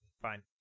Fine